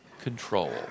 control